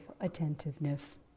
attentiveness